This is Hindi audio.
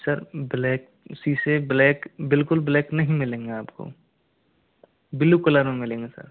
सर ब्लैक शीशे ब्लैक बिल्कुल ब्लैक नहीं मिलेंगे आप को ब्लू कलर में मिलेंगे सर